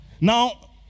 Now